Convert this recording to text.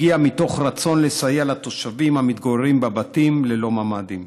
הגיעה מתוך רצון לסייע לתושבים המתגוררים בבתים ללא ממ"דים.